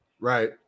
Right